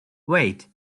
wait